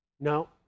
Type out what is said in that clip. No